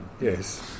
yes